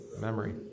memory